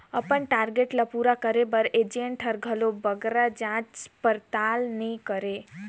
अपन टारगेट ल पूरा करे बर एजेंट हर घलो बगरा जाँच परताल नी करे